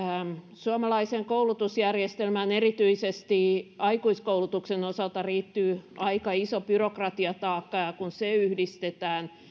suomalaiseen koulutusjärjestelmään erityisesti aikuiskoulutuksen osalta liittyy aika iso byrokratiataakka ja kun se yhdistetään